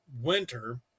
winter